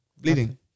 Bleeding